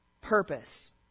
purpose